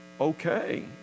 okay